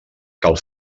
cal